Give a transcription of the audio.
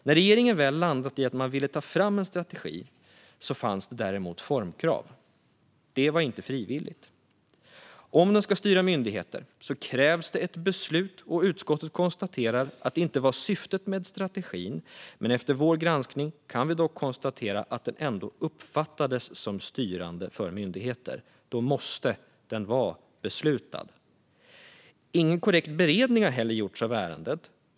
När regeringen väl har landat i att man vill ta fram en strategi finns det däremot formkrav. Det är inte frivilligt. Om en strategi ska styra myndigheter krävs ett beslut. Utskottet konstaterar att det inte var syftet med strategin, men efter vår granskning kan vi konstatera att den ändå uppfattades som styrande för myndigheter. Då måste den vara beslutad. Ingen korrekt beredning har heller gjorts av ärendet.